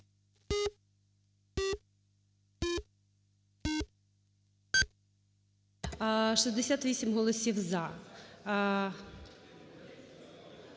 68 голосів "за".